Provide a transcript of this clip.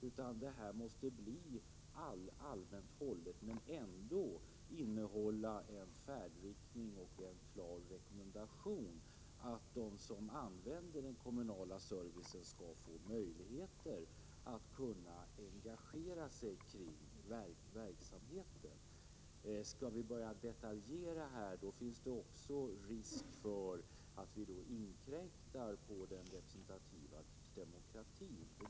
Lagstiftningen måste bli allmänt hållen men ändå innehålla besked om färdriktning och en klar rekommendation om att de som använder den kommunala servicen skall få möjlighet att engagera sig i verksamheten. Skall vi börja detaljreglera här finns det risk för att vi inkräktar på den representativa demokratin.